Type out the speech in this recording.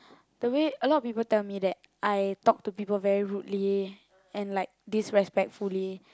the way a lot of people tell me that I talk to people rudely and like disrespectfully